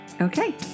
Okay